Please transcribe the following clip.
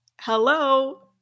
hello